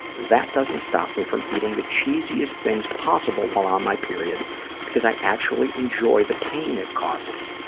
that doesn't stop me from eating the cheesiest things possible while on my period because i actually enjoy the pain it causes.